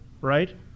right